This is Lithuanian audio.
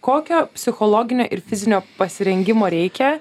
kokio psichologinio ir fizinio pasirengimo reikia